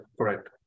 correct